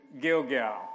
Gilgal